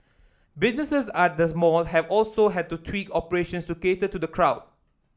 businesses at these mall have also had to tweak operations to cater to the crowd